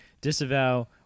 disavow